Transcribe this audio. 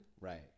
Right